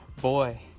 Boy